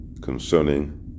concerning